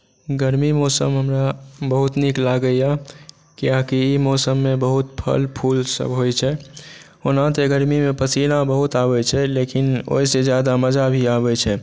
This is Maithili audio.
गर्मी मौसम हमरा बहुत नीक लागैया किएकि ई मौसममे बहुत फल फुल होइ छै ओना तऽ गर्मी मे पसीना बहुत आबै छै लेकिन ओहिसे जादा मजा भी आबै छै